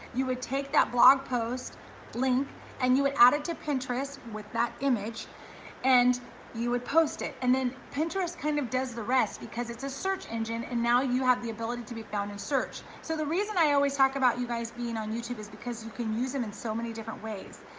you would take that blog post link and you would add it to pinterest with that image and you would post it. and then pinterest kind of does the rest because it's a search engine and now you have the ability to be found in search. so the reason i always talk about you guys being on youtube is because you can use them in so many different ways.